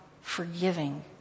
forgiving